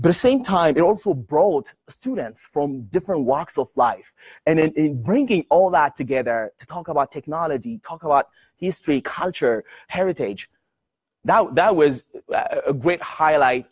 the same time it also brought students from different walks of life and in bringing all that together to talk about technology talk a lot history culture heritage now that was a great highlight